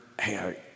hey